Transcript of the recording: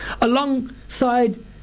Alongside